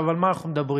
על מה אנחנו מדברים?